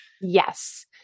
Yes